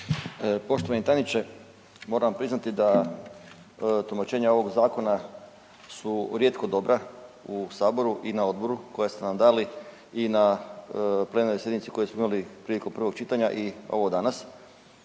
Poštovani tajniče, moram priznati da tumačenja ovog zakona su rijetko dobra u saboru i na odboru koja ste nam dali i na plenarnoj sjednici koju smo imali prilikom prvog čitanja i ovo danas.